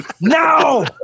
now